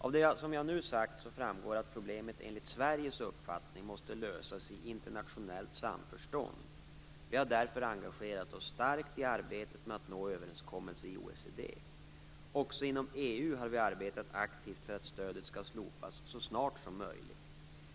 Av det som jag nu har sagt framgår att problemet enligt Sveriges uppfattning måste lösas i internationellt samförstånd. Vi har därför engagerat oss starkt i arbetet med att nå överenskommelse i OECD. Också inom EU har vi arbetat aktivt för att stödet skall slopas så snart som möjligt.